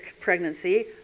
pregnancy